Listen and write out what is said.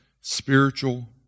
spiritual